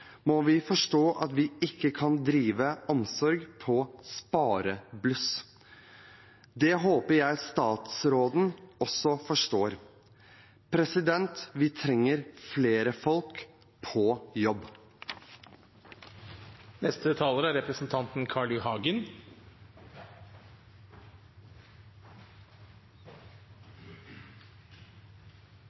må vi forstå at vi ikke kan drive omsorg på sparebluss. Det håper jeg statsråden også forstår. Vi trenger flere folk på jobb. Jeg kan være enig med foregående taler i